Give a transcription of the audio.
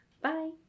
Bye